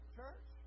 church